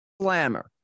slammer